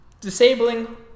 Disabling